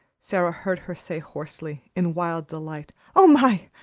sara heard her say hoarsely, in wild delight. oh, my!